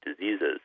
diseases